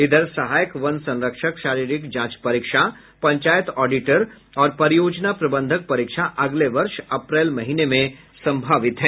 इधर सहायक वन संरक्षक शारीरिक जांच परीक्षा पंचायत ऑडिटर और परियोजना प्रबंधक परीक्षा अगले वर्ष अप्रैल महीने में सम्भावित है